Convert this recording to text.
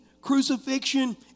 crucifixion